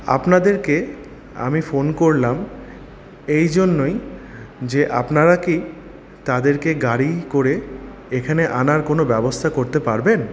আপনাদেরকে আমি ফোন করলাম এইজন্যই যে আপনারা কি তাদেরকে গাড়ি করে এখানে আনার কোনো ব্যবস্থা করতে পারবেন